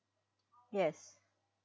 yes